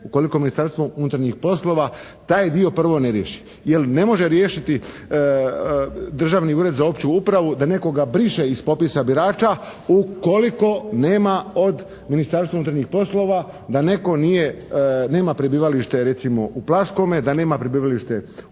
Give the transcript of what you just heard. Ukoliko Ministarstvo unutarnjih poslova taj dio prvo ne riješi. Jer ne može riješiti Državni ured za opću upravu da nekoga briše iz popisa birača ukoliko nema od Ministarstva unutarnjih poslova da netko nije, nema prebivalište recimo u Plaškome, da nema prebivalište u Makarskoj